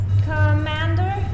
Commander